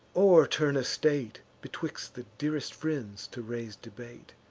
o'erturn a state, betwixt the dearest friends to raise debate,